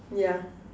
yeah